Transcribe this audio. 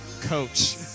Coach